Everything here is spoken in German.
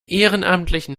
ehrenamtlichen